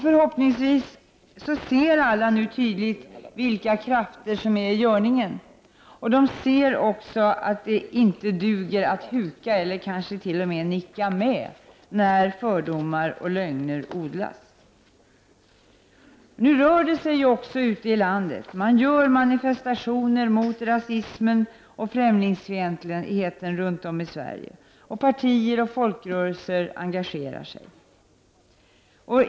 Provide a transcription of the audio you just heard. Förhoppningsvis ser alla nu tydligt vilka krafter som är i görningen. Och man ser också att det inte duger att huka eller kanske t.o.m. nicka med när fördomar och lögner odlas. Men nu rör det sig också ute i landet. Man gör manifestationer mot rasism och främlingsfientlighet runt om i Sverige. Partier och folkrörelser engagerar sig.